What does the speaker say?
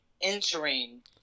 entering